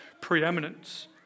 preeminence